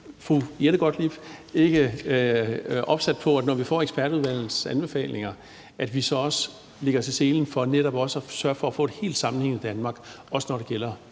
fru Jette Gottlieb ikke opsat på, at når vi får ekspertudvalgets anbefalinger, lægger vi os i selen for at sørge for, at vi får et helt sammenhængende Danmark, også når det gælder